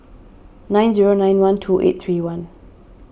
nine zero nine one two eight three one